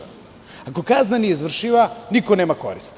Ako kazna nije izvršiva, niko nema koristi.